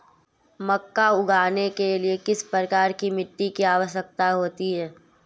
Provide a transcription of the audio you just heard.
मक्का उगाने के लिए किस प्रकार की मिट्टी की आवश्यकता होती है?